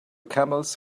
camels